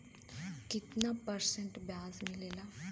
कितना परसेंट ब्याज मिलेला?